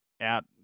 out